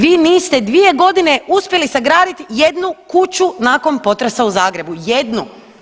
Vi niste dvije godine uspjeli sagraditi jednu kuću nakon potresa u Zagrebu, jednu.